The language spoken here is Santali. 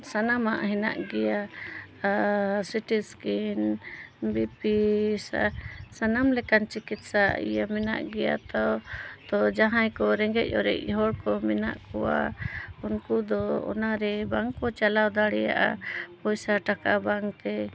ᱥᱟᱱᱟᱢᱟᱜ ᱦᱮᱱᱟᱜ ᱜᱮᱭᱟ ᱥᱤᱴᱤ ᱥᱠᱮᱱ ᱵᱤ ᱯᱤ ᱥᱟᱱᱟᱢ ᱞᱮᱠᱟᱱ ᱪᱤᱠᱤᱛᱥᱟ ᱤᱭᱟᱹ ᱢᱮᱱᱟᱜ ᱜᱮᱭᱟ ᱛᱚ ᱛᱚ ᱡᱟᱦᱟᱸᱭ ᱠᱚ ᱨᱮᱸᱜᱮᱡ ᱚᱨᱮᱡ ᱦᱚᱲ ᱠᱚ ᱢᱮᱱᱟᱜ ᱠᱚᱣᱟ ᱩᱱᱠᱩ ᱫᱚ ᱚᱱᱟᱨᱮ ᱵᱟᱝ ᱠᱚ ᱪᱟᱞᱟᱣ ᱫᱟᱲᱮᱭᱟᱜᱼᱟ ᱯᱚᱭᱥᱟ ᱴᱟᱠᱟ ᱵᱟᱝᱼᱛᱮ